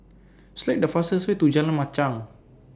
Select The fastest Way to Jalan Machang